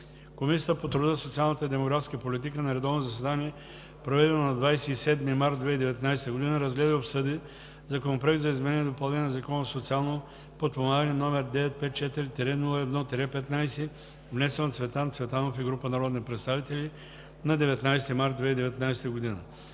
Комисията по труда, социалната и демографската политика на редовно заседание, проведено на 27 март 2019 г., разгледа и обсъди Законопроект за изменение и допълнение на Закона за социално подпомагане, № 954-01-15, внесен от Цветан Генчев Цветанов и група народни представители на 19 март 2019 г.